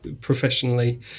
professionally